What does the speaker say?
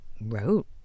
wrote